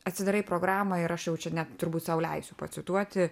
atsidarai programą ir aš jau čia net turbūt sau leisiu pacituoti